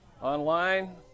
Online